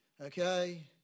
Okay